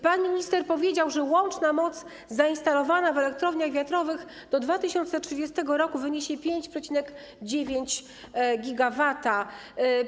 Pan minister powiedział, że łączna moc zainstalowana w elektrowniach wiatrowych do 2030 r. wyniesie 5,9 GW.